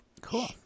Cool